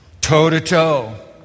toe-to-toe